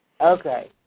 Okay